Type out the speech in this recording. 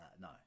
No